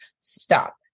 Stop